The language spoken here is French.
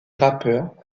rappeur